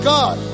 God